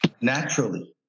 naturally